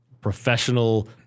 professional